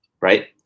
Right